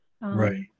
Right